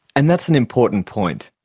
and that's an important point.